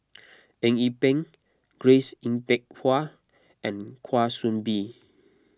Eng Yee Peng Grace Yin Peck Ha and Kwa Soon Bee